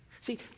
See